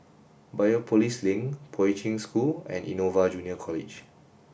Biopolis Link Poi Ching School and Innova Junior College